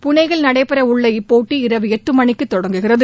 புனேயில் நடைபெறவுள்ள இப்போட்டி இரவு எட்டு மணிக்கு தொடங்குகிறது